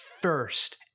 first